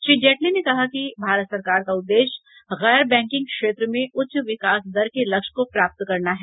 श्री जेटली ने कहा कि भारत सरकार का उद्देश्य गैर बैंकिंग क्षेत्र में उच्च विकास दर के लक्ष्य को प्राप्त करना है